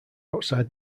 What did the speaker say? outside